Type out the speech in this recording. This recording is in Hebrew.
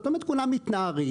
זאת אומרת, כולם מתנערים.